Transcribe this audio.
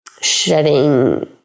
shedding